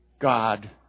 God